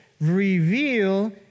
reveal